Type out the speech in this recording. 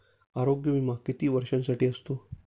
आरोग्य विमा किती वर्षांसाठी असतो?